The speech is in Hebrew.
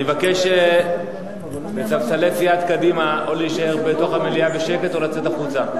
אני מבקש מספסלי סיעת קדימה או להישאר בתוך המליאה בשקט או לצאת החוצה.